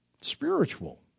Spiritual